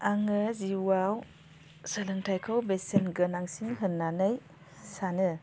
आङो जिउआव सोलोंथायखौ बेसेन गोनांसिन होननानै सानो